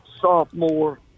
sophomore